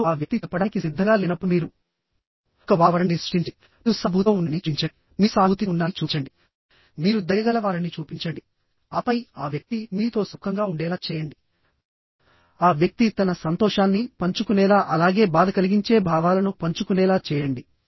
మరియు ఆ వ్యక్తి చెప్పడానికి సిద్ధంగా లేనప్పుడు మీరు ఒక వాతావరణాన్ని సృష్టించండి మీరు సానుభూతితో ఉన్నారని చూపించండి మీరు సానుభూతితో ఉన్నారని చూపించండి మీరు దయగలవారని చూపించండి ఆపై ఆ వ్యక్తి మీతో సుఖంగా ఉండేలా చేయండి ఆ వ్యక్తి తన సంతోషాన్ని పంచుకునేలా అలాగే బాధ కలిగించే భావాలను పంచుకునేలా చేయండి